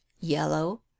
yellow